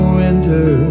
winter